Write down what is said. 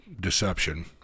deception